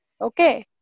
Okay